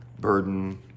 burden